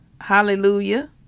Hallelujah